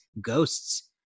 ghosts